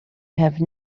have